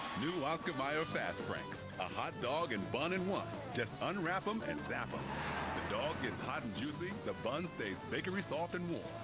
new oscar mayer fast franks! a hot dog and bun in one! just unwrap em and zap em. ah the dog is hot and juicy, the bun stays bakery-soft and warm.